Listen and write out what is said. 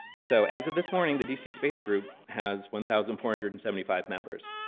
so as this morning, the d c. space group has one thousand four hundred and seventy five members,